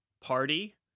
party